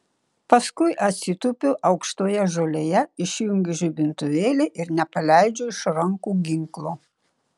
paskui atsitupiu aukštoje žolėje išjungiu žibintuvėlį ir nepaleidžiu iš rankų ginklo